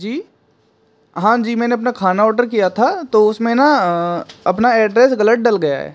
जी हाँ जी मैंने अपना खाना ऑडर किया था तो उसमें ना अपना एड्रेस ग़लत डल गया है